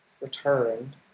returned